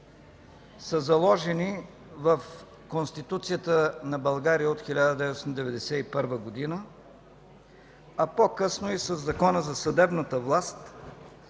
са заложени в Конституцията на България от 1991 г., а по-късно и със Закона за съдебната власт,